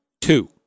Two